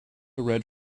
read